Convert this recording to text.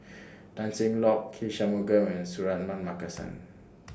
Tan Cheng Lock K Shanmugam and Suratman Markasan